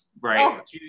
right